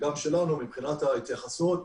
וגם מצדנו מבחינת ההתייחסות.